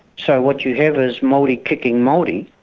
so what you have is maori kicking maori,